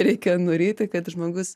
reikia nuryti kad žmogus